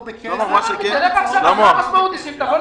יש עמותות שאצלן רובם